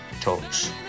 talks